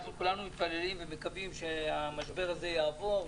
אנחנו כולנו מתפללים ומקווים שהמשבר הזה יעבור,